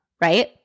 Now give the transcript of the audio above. right